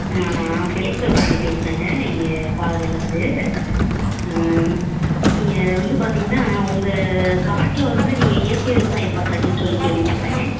ஆ நான் ஃபெலிக்ஸ் பேசுகிறேங்க இங்கே பாதரைலிருந்து நீங்கள் வந்து பார்த்தீங்கன்னா உங்கள் காட்டில் வந்து நீங்கள் இயற்கை விவசாயம் பண்ணுறிங்கன்னு சொல்லி கேள்விப்பட்டேன்